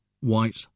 white